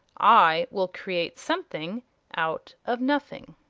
i will create something out of nothing.